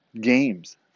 games